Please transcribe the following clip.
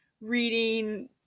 reading